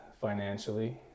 financially